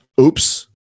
Oops